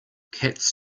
cats